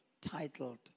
titled